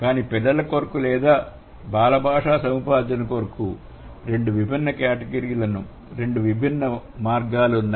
కానీ పిల్లల కొరకు లేదా బాల భాష సముపార్జన కొరకు రెండు విభిన్న కేటగిరీలకు రెండు విభిన్న మార్గాలున్నాయి